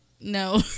no